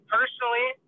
Personally